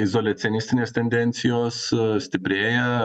izoliacinėstinės tendencijos stiprėja